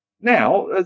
now